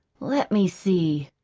let me see.